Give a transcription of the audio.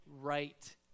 right